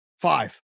Five